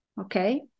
okay